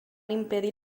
impedir